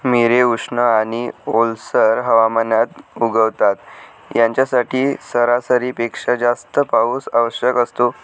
मिरे उष्ण आणि ओलसर हवामानात उगवतात, यांच्यासाठी सरासरीपेक्षा जास्त पाऊस आवश्यक असतो